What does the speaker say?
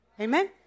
Amen